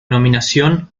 nominación